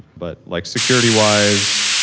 but like security-wise,